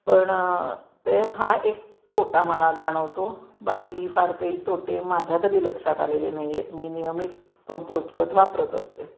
पण ते हा एक तोटा मला जाणवतो बाकी फार काही तोटे माझ्या तरी लक्षात आलेले नाही आहेत मी नियमित कंपोस्ट खत वापरत असते